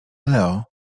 leo